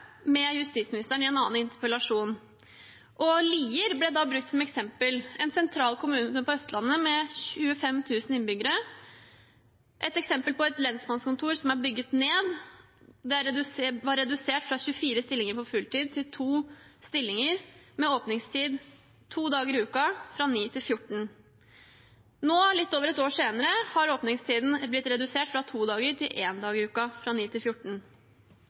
med justisministeren i en annen interpellasjon. Lier ble da brukt som eksempel, en sentral kommune på Østlandet med 25 000 innbyggere der lensmannskontoret er bygget ned. Det var redusert fra 24 stillinger på fulltid til to stillinger med åpningstid to dager i uken fra kl. 9–14. Nå, litt over et år senere, har åpningstiden blitt redusert fra to dager til én dag i uken fra